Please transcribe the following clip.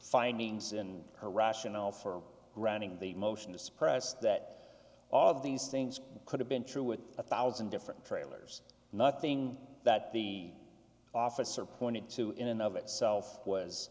findings and her rationale for granting the motion to suppress that all of these things could have been true in a thousand different trailers nothing that the officer pointed to in and of itself was